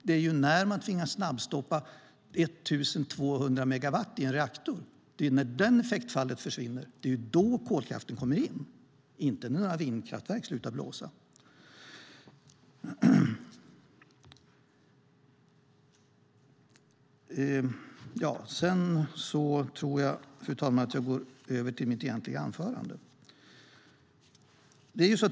Det är när man tvingas snabbstoppa 1 200 megawatt i en reaktor och den effekten försvinner som kolkraften kommer in, inte när några vindkraftverk slutar snurra. Fru talman! Jag tror att jag nu går över till mitt egentliga anförande.